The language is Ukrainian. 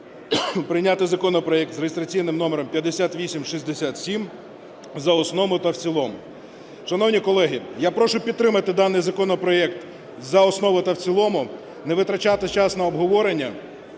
прийняти законопроект (за реєстраційним номером 5867) за основу та в цілому. Шановні колеги, я прошу підтримати даний законопроект за основу та в цілому, не витрачати час на обговорення.